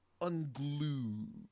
unglued